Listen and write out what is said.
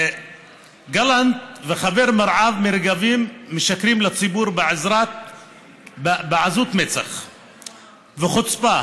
גלנט וחבר מרעיו מרגבים משקרים לציבור בעזות מצח וחוצפה.